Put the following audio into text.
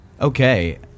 Okay